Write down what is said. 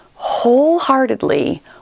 wholeheartedly